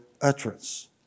utterance